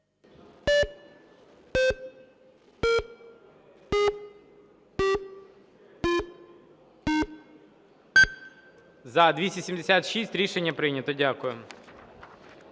За-276 Рішення прийнято. Дякую.